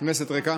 כנסת ריקה,